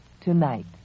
tonight